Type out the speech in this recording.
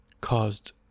caused